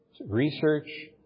research